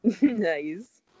Nice